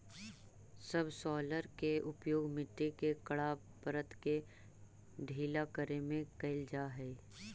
subsoiler के उपयोग मट्टी के कड़ा परत के ढीला करे में कैल जा हई